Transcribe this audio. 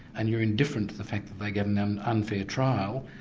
and you're indifferent to the fact that they get an unfair trial,